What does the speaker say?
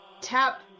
tap